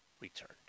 returned